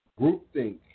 groupthink